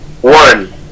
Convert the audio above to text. One